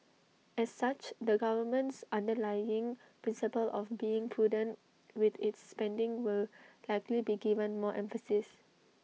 as such the government's underlying principle of being prudent with its spending will likely be given more emphasis